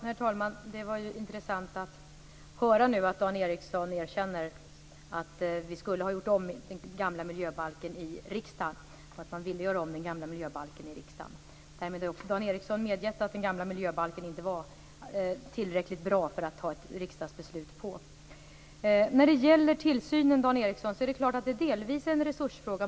Herr talman! Det var intressant att höra att Dan Ericsson erkänner att man i riksdagen borde ha gjort om den gamla miljöbalken. Därmed har också Dan Ericsson medgett att den gamla miljöbalken inte var tillräckligt bra för att riksdagen skulle ha kunnat fatta beslut om den. Det är klart att tillsynen, Dan Ericsson, delvis är en resursfråga.